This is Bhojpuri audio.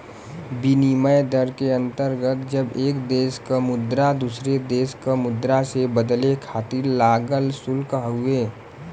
विनिमय दर के अंतर्गत जब एक देश क मुद्रा दूसरे देश क मुद्रा से बदले खातिर लागल शुल्क हउवे